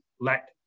Let